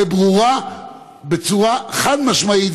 לברורה בצורה חד-משמעית,